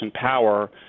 power